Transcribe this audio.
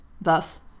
thus